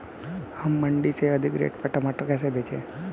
हम मंडी में अधिक रेट पर टमाटर कैसे बेचें?